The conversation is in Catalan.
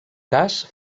cas